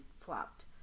flopped